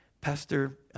Pastor